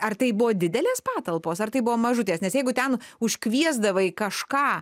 ar tai buvo didelės patalpos ar tai buvo mažutės nes jeigu ten užkviesdavai kažką